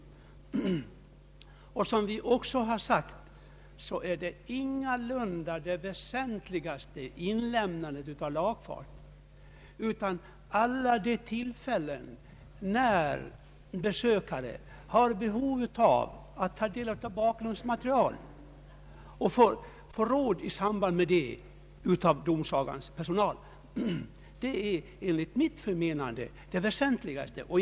Som vi reservanter också framhållit är det ingalunda inlämnandet av lagfartsansökan som är det väsentligaste, utan det är sökandens behov av att ta del av bakgrundsmaterial och få råd av domsagans personal i samband därmed som enligt mitt förmenande är det väsentligaste.